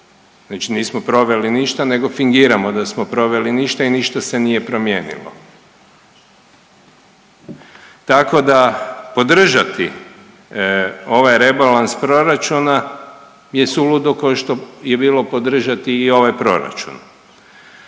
znači nismo proveli ništa nego fingiramo da smo proveli ništa i ništa se nije promijenilo. Tako da podržati ovaj rebalans proračuna je suludu košto je bilo podržati i ovaj proračun.